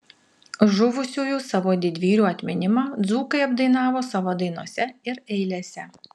žuvusiųjų savo didvyrių atminimą dzūkai apdainavo savo dainose ir eilėse